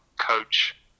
coach